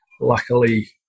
luckily